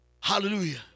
Hallelujah